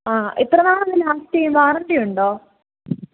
ആ എത്ര നാളത് ലാസ്റ്റ ചെയ്യും വാറണ്ടിയുണ്ടോ